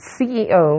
CEO